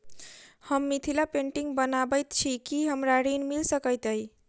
हम मिथिला पेंटिग बनाबैत छी की हमरा ऋण मिल सकैत अई?